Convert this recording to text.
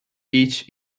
each